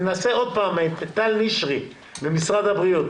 טל נשרי ממשרד הבריאות